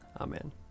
Amen